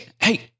Hey